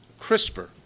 CRISPR